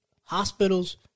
Hospitals